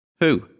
Who